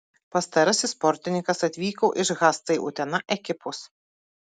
pastarasis sportininkas atvyko iš hc utena ekipos